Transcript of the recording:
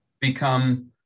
become